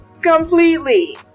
completely